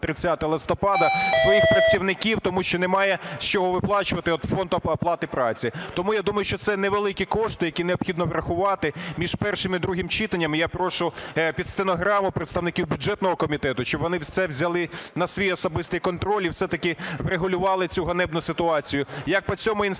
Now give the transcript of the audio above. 30 листопада своїх працівників, тому що немає з чого виплачувати, от фонд оплати праці. Тому я думаю, що це невеликі кошти, які необхідно врахувати між першим і другим читанням. І я прошу під стенограму представників бюджетного комітету, щоб вони це взяли на свій особистий контроль і все-таки врегулювали цю ганебну ситуацію як по цьому інституту,